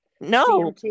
No